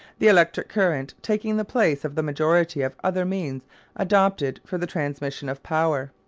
the electric current taking the place of the majority of other means adopted for the transmission of power.